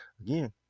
again